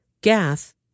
Gath